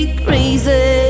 crazy